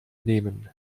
nehmen